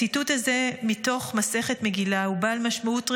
הציטוט הזה ממסכת מגילה הוא בעל משמעות רחבה.